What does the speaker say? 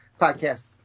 podcast